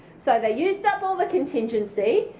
so they used up all the contingency.